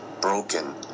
broken